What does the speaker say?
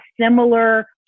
similar